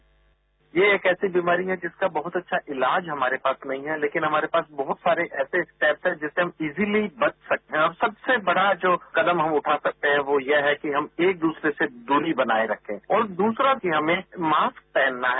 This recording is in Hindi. बाईट ये एक ऐसी बीमारी है जिसका बहुत अच्छा इलाज हमारे पास नहीं है लेकिन हमारे पास बहुत सारे ऐसे स्टैपस हैं जिससे हम इजिली बच सकते हैं और सबसे बड़ा जो कदम हम उठा सकते हैं वो यह है कि हम एक दूसरे से दूरी बनाए रखें और दूसरा कि हमें मास्क पहनना है